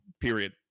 period